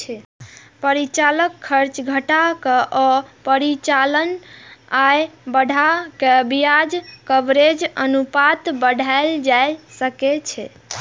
परिचालन खर्च घटा के आ परिचालन आय बढ़ा कें ब्याज कवरेज अनुपात बढ़ाएल जा सकै छै